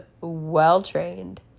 well-trained